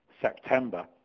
september